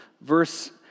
Verse